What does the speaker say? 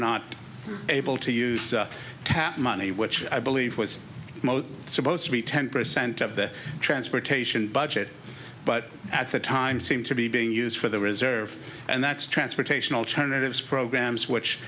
not able to use tap money which i believe was supposed to be ten percent of the transportation budget but at the time seem to be being used for the reserve and that's transportation alternatives programs which